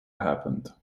happened